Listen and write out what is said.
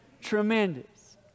tremendous